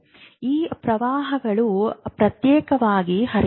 ಈ ಪ್ರವಾಹಗಳು ಪ್ರತ್ಯೇಕವಾಗಿ ಹರಿಯುತ್ತವೆ